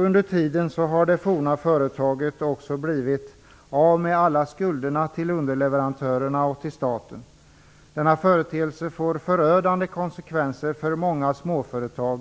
Under tiden har det forna företaget också blivit av med alla skulder till underleverantörer och till staten. Denna företeelse får förödande konsekvenser för många småföretag.